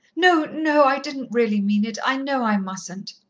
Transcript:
no, no, i didn't really mean it. i know i mustn't.